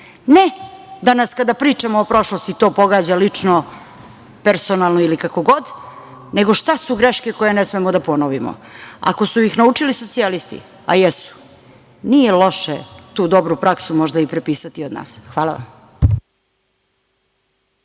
ne danas kada pričamo o prošlosti, to pogađa lično, personalno ili kako god, nego šta su greške koje ne smemo da ponovimo. Ako su ih naučili socijalisti, a jesu, nije loše tu dobru praksu možda i prepisati od nas. Hvala vam.